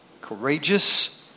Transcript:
courageous